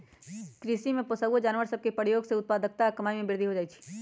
कृषि में पोअउऔ जानवर सभ के प्रयोग से उत्पादकता आऽ कमाइ में वृद्धि हो जाइ छइ